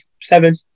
Seven